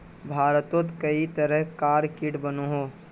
भारतोत कई तरह कार कीट बनोह